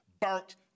burnt